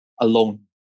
Alone